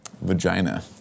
Vagina